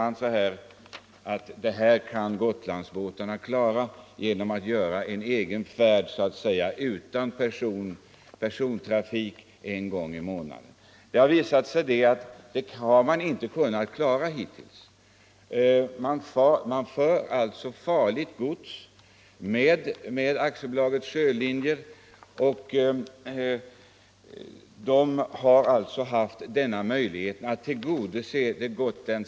Man säger att man tycker att Gotlandsbåtarna kan klara den trafiken genom att göra en särskild färd utan passagerare en gång i månaden. Det har dock visat sig att de inte har kunnat klara detta hittills. Farligt gods förs alltså med AB Sjölinjer, som har kunnat förse det gotländska näringslivet med detta farliga gods, som varit behövligt.